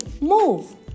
move